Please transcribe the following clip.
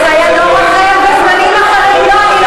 זה היה דור אחר וזמנים אחרים.